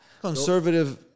Conservative